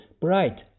bright